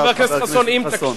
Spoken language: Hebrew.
חבר הכנסת חסון.